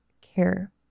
care